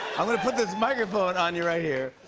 i'm gonna put this microphone on you right here.